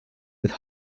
with